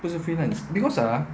不是 freelance because ah